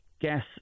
guess